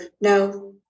no